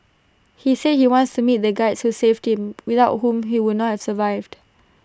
he said he wants to meet the Guides who saved him without whom he would not have survived